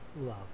Love